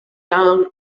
down